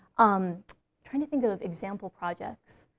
i'm trying to think of example projects.